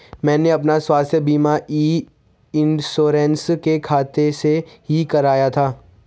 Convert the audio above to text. मैंने अपना स्वास्थ्य बीमा ई इन्श्योरेन्स के खाते से ही कराया था